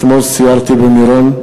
אתמול סיירתי במירון,